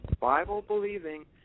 Bible-believing